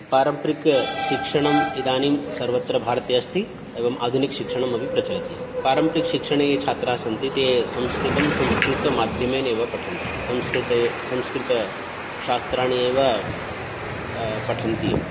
पारम्परिकशिक्षणम् इदानीं सर्वत्र भारते अस्ति एवं आधुनिकशिक्षणमपि प्रचलति पारम्परिकशिक्षणे ये छात्राः सन्ति ते संस्कृतं संस्कृतमाध्यमेन एव पठन्ति संस्कृते संस्कृतशास्त्राणि एव पठन्ति एव